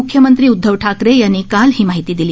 मुख्यमंत्री उद्धव ठाकरे यांनी काल ही माहिती दिली